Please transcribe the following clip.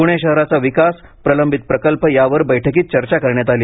पूणे शहराचा विकास प्रलंबित प्रकल्प यावर बैठकीत चर्चा करण्यात आली